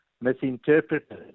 misinterpreted